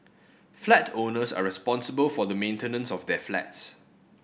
flat owners are responsible for the maintenance of their flats